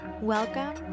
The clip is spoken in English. Welcome